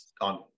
On